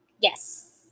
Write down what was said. Yes